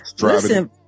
listen